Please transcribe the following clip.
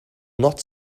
not